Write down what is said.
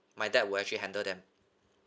my dad will actually handle them